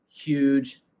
Huge